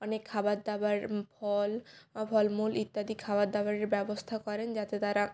অনেক খাবার দাবার ফল ফলমূল ইত্যাদি খাবার দাবারের ব্যবস্থা করেন যাতে তারা